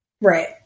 Right